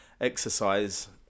Exercise